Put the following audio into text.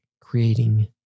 creating